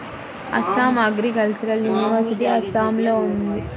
Assam agricultural university అస్సాంలో ఉంది